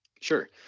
Sure